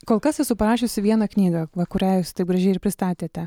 kol kas esu parašiusi vieną knygą va kurią jūs taip gražiai ir pristatėte